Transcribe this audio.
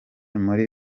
muri